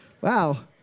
Wow